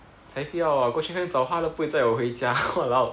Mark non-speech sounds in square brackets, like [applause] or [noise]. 才不要啊过去那边找他都不会载我回家 [laughs] !walao!